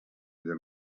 del